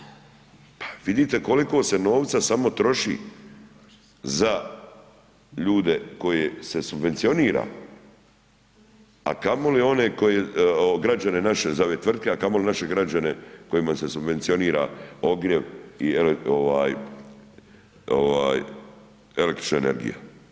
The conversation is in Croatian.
Pa vidite koliko se novca samo troši za ljude koje se subvencionira, a kamoli one građane naše tvrtke, a kamoli naše građane kojima se subvencionira ogrjev i električna energija.